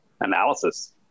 analysis